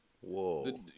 Whoa